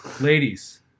Ladies